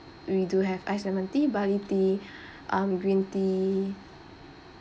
we do have iced lemon tea barley tea um green tea